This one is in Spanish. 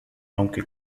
aunque